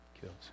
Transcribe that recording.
Kills